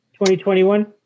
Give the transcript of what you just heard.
2021